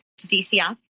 DCF